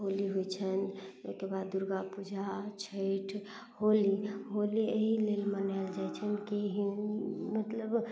होली होइ छनि ओइके बाद दुर्गा पूजा छैठ होली होली एहि लेल मनायल जाइ छनि कि हि मतलब